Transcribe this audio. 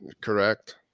Correct